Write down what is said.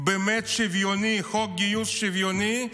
באמת שוויוני, חוק גיוס שוויוני,